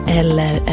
eller